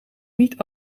niet